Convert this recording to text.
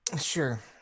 Sure